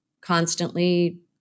constantly